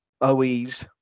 oes